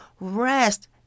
rest